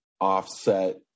offset